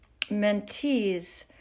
mentees